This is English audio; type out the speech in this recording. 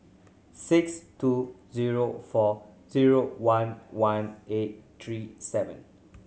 six two zero four zero one one eight three seven